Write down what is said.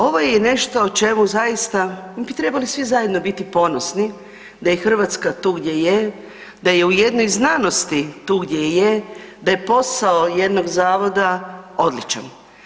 Ovo je nešto o čemu zaista bi trebali svi zajedno biti ponosni da je Hrvatska du gdje je, da je u jednoj znanosti tu gdje je, da je posao jednog zavoda odličan.